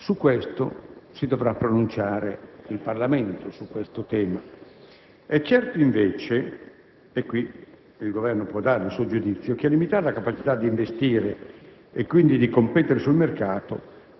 È certo invece - e qui il Governo può dare il suo giudizio - che a limitare la capacità di investire,